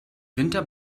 winter